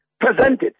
presented